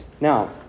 Now